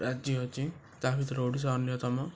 ରାଜ୍ୟ ଅଛି ତାହା ଭିତୁରୁ ଓଡ଼ିଶା ଅନ୍ୟତମ